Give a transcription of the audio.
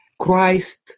Christ